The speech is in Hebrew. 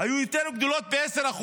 היו יותר גדולות ב-10%.